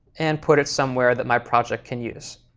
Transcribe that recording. and put it somewhere that my project can use.